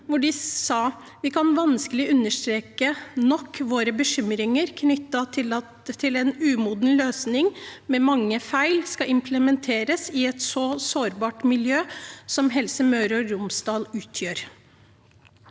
hvor de sa: «Vi kan vanskelig understreke sterkt nok våre bekymringer knyttet til at en umoden løsning med mange feil skal implementeres i et så sårbart miljø som HMR utgjør.»